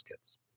kids